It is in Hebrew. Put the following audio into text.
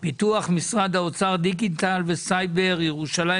פיתוח משרד האוצר דיגיטל וסייבר, ירושלים